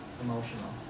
emotional